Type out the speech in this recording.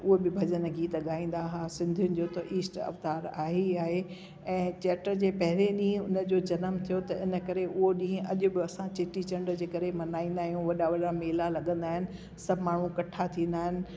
उहे बि भॼनु गीत ॻाईंदा हुआ सिंधियुनि जो त ईष्ट अवतार आहे ई आहे ऐं चेट्र जे पहिरियों ॾींहुं उन जो ॼनमु थियो त इन करे उओ ॾींहुं अॼु बि असां चेटीचंड जे करे मल्हाईंदा आहियूं वॾा वॾा मेला लॻंदा आहिनि सभु माण्हू इकट्ठा थींदा आहिनि